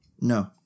No